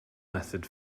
method